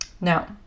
Now